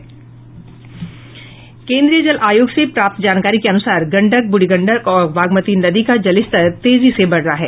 केन्द्रीय जल आयोग से प्राप्त जानकारी के अनुसार गंडक ब्रूढ़ी गंडक और बागमती नदी का जलस्तर तेजी से बढ़ रहा है